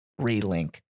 relink